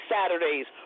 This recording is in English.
Saturdays